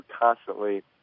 constantly –